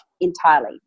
entirely